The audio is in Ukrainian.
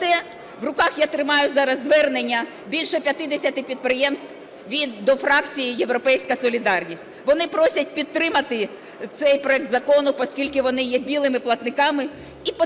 в руках я тримаю зараз звернення більше 50 підприємств до фракції "Європейська солідарність". Вони просять підтримати цей проект закону, поскільки вони є "білими" платниками